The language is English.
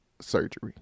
surgery